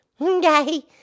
Okay